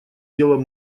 дело